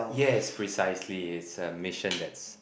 yes precisely it's a mission that's